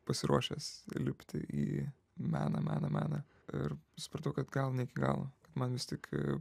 pasiruošęs lipti į meną meną meną ir supratau kad gal ne iki galo man vis stik